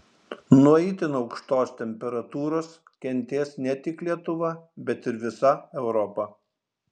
nuo itin aukštos temperatūros kentės ne tik lietuva bet ir visa europa